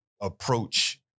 approach